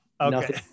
Okay